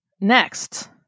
next